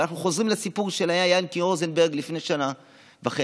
ואנחנו חוזרים לסיפור של ינקי רוזנברג לפני שנה וחצי,